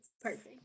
perfect